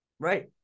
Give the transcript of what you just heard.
Right